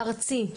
קמפיין ארצי,